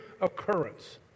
occurrence